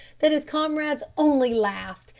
that his comrades only laughed,